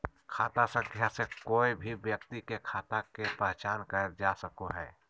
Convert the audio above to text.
खाता संख्या से कोय भी व्यक्ति के खाता के पहचान करल जा सको हय